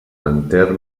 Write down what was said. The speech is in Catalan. enter